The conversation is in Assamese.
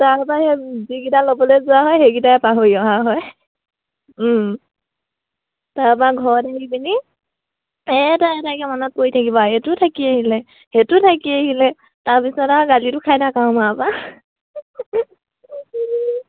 তাৰপা সেই যিকিটা ল'বলে যোৱা হয় সেইকিটাই পাহৰি অহা হয় তাৰপা ঘৰত আহি পিনি এটা এটাকে মনত পৰি থাকিব এইটো থাকি আহিলে সেইটো থাকি আহিলে তাৰপিছত আৰু গালিটো খাই